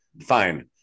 Fine